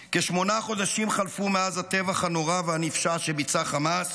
כשמונה חודשים חלפו מאז הטבח הנורא והנפשע שביצע חמאס,